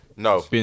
No